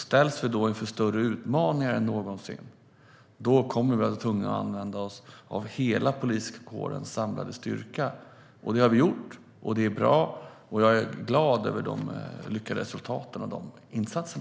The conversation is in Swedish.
Ställs vi inför större utmaningar än någonsin, då blir vi tvungna att använda oss av hela poliskårens samlade styrka. Det har vi gjort, och det är bra. Och jag glad över de lyckade resultaten av dessa insatser.